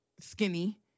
skinny